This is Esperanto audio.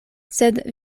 sed